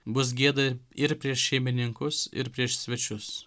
bus gėda ir prieš šeimininkus ir prieš svečius